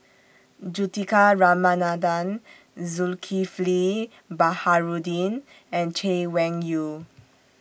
Juthika Ramanathan Zulkifli Baharudin and Chay Weng Yew